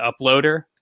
uploader